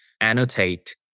annotate